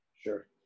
sure